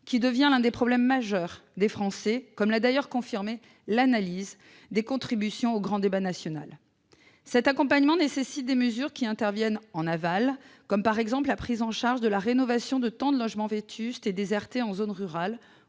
qui devient l'un des problèmes majeurs des Français, comme l'a d'ailleurs confirmé l'analyse des contributions au grand débat national. Cet accompagnement nécessite des mesures en aval, comme la prise en charge de la rénovation de tant de logements vétustes et désertés en zones rurales